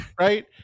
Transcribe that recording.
right